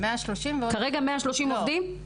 130 ועוד --- כרגע, 130 עובדים?